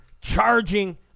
charging